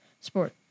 Sport